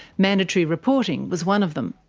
mandatory reporting was one of them.